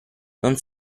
non